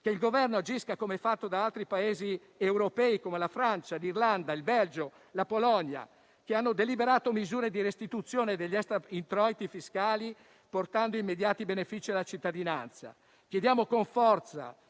che il Governo agisca come fatto da altri Paesi europei, quali la Francia, l'Irlanda, il Belgio e la Polonia, che hanno deliberato misure di restituzione degli extraintroiti fiscali portando immediati benefici alla cittadinanza. Chiediamo con forza,